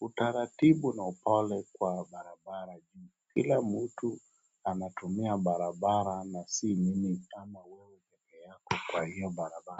utaratibu na upole kwa barabara juu kila mtu anatumia barabara na si mimi ama peke yako kwa hiyo barabara.